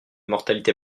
mortalité